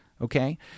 Okay